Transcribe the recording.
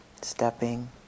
stepping